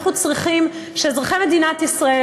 אנחנו צריכים שאזרחי מדינת ישראל,